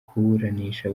kuburanisha